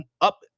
up